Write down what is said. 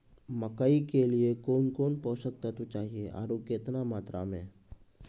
मकई के लिए कौन कौन पोसक तत्व चाहिए आरु केतना मात्रा मे?